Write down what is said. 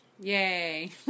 Yay